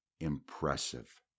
impressive